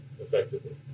effectively